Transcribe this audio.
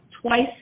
twice